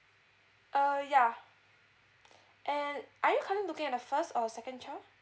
ah yeah and are you currently looking at the first or second child